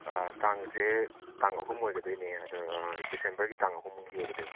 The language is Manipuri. ꯑ ꯇꯥꯡꯁꯦ ꯇꯥꯡ ꯑꯍꯨꯝ ꯑꯣꯏꯒꯗꯣꯏꯅꯦ ꯑꯗ ꯗꯤꯁꯦꯝꯕꯔꯒꯤ ꯇꯥꯡ ꯑꯍꯨꯝꯒꯤ ꯑꯣꯏꯒꯗꯣꯏꯕ